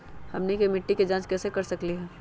हमनी के मिट्टी के जाँच कैसे कर सकीले है?